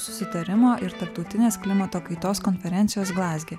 susitarimo ir tarptautinės klimato kaitos konferencijos glazge